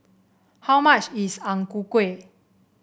how much is Ang Ku Kueh